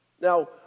Now